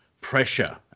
pressure